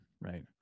right